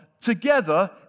together